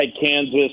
Kansas